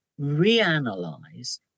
reanalyze